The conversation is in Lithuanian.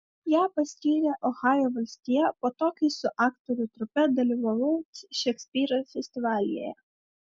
ją paskyrė ohajo valstija po to kai su aktorių trupe dalyvavau šekspyro festivalyje